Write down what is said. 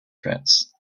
threats